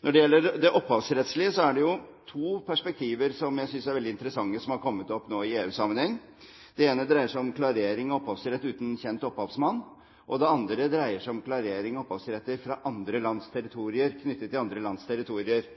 Når det gjelder det opphavsrettslige, er det to perspektiver som jeg synes er veldig interessante, som har kommet opp nå i EU-sammenheng. Det ene dreier seg om klarering av opphavsrett uten kjent opphavsmann, og det andre dreier seg om klarering av opphavsretter knyttet til andre lands territorier.